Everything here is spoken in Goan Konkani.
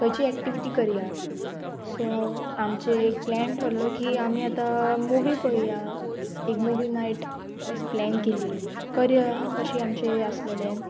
खंयची एक्टिविटी करया सो आमचे एक प्लॅन ठरलो की आमी आतां मुवी पळोवया एक मुवी नायट प्लॅन केली करया अशी आमचे आसलेले